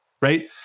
right